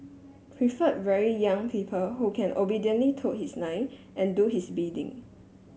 prefer very young people who can obediently toe his line and do his bidding